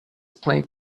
plank